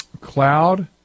Cloud